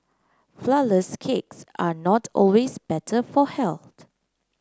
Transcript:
flourless cakes are not always better for health